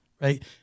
Right